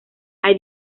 hay